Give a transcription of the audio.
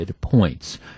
points